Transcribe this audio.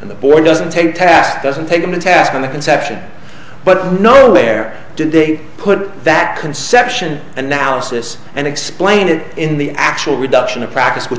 and the board doesn't take task doesn't take them to task on the conception but nowhere did they put that conception analysis and explain it in the actual reduction of practice which